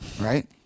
Right